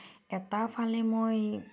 এটাফালে মই